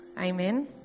Amen